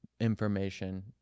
information